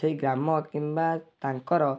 ସେଇ ଗ୍ରାମ କିମ୍ବା ତାଙ୍କର